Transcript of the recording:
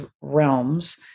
realms